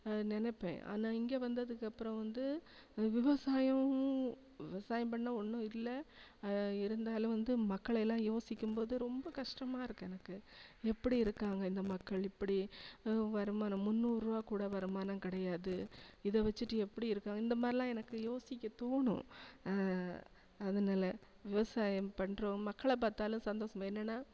நினைப்பேன் ஆனால் இங்கே வந்ததுக்கு அப்புறம் வந்து விவசாயமும் விவசாயம் பண்ண ஒன்றும் இல்லை இருந்தாலும் வந்து மக்களெல்லாம் யோசிக்கும்போது ரொம்ப கஷ்டமாக இருக்கு எனக்கு எப்படி இருக்காங்க இந்த மக்கள் இப்படி வருமானம் முந்நூறுரூவாக்கூட வருமானம் கிடையாது இதை வச்சிட்டு எப்படி இருக்காங்க இந்தமாதிரிலாம் எனக்கு யோசிக்க தோணும் அதனால விவசாயம் பண்ணுறோம் மக்களை பார்த்தாலும் சந்தோசமாக என்னன்னா